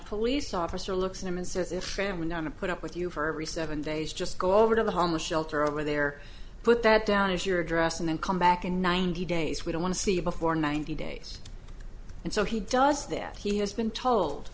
police officer looks at him and says a friend went on a put up with you for every seven days just go over to the homeless shelter over there put that down as your address and then come back in ninety days we don't want to see before ninety days and so he does that he has been told